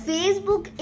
Facebook